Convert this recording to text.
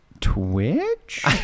Twitch